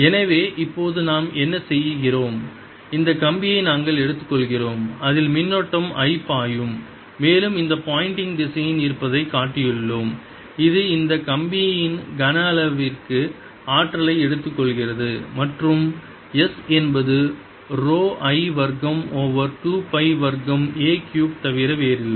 எனவே இப்போது நாம் என்ன செய்கிறோம் இந்த கம்பியை நாங்கள் எடுத்துக்கொள்கிறோம் அதில் மின்னோட்டம் I பாயும் மேலும் இந்த போயண்டிங் திசையன் இருப்பதைக் காட்டியுள்ளோம் இது இந்த கம்பியின் கன அளவிற்கு ஆற்றலை எடுத்துக்கொள்கிறது மற்றும் S என்பது ரோ I வர்க்கம் ஓவர் 2 பை வர்க்கம் a கியூப் தவிர வேறில்லை